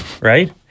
Right